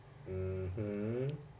(uh huh)